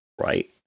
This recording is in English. right